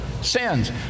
sins